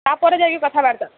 ତାପରେ ଯାଇକି କଥାବାର୍ତ୍ତା